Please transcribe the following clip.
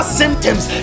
symptoms